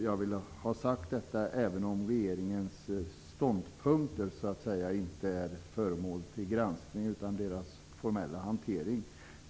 Jag vill ha detta sagt även om regeringens ståndpunkter så att säga inte är föremål för granskning utan dess formella hantering.